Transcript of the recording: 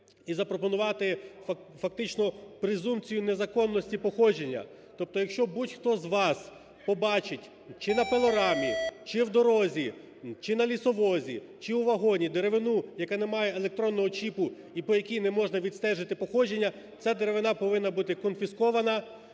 і запропонувати фактично презумпцію незаконності походження. Тобто якщо будь-хто з вас побачить, чи на пилорамі, чи в дорозі, чи на лісовозі, чи у вагоні деревину, яка не має електронного чіпу і по якій не можна відстежити походження, ця деревина повинна бути конфіскована,